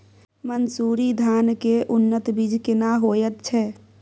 मन्सूरी धान के उन्नत बीज केना होयत छै?